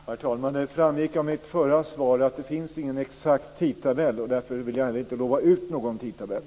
Herr talman! Det framgick av mitt förra svar att det inte finns någon exakt tidtabell. Därför vill jag inte utlova någon sådan.